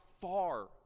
far